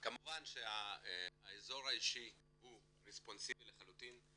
כמובן שהאזור האישי הוא רספונסיבי לחלוטין.